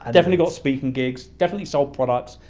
ah definitely got speaking gigs, definitely sold products,